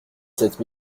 sept